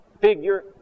figure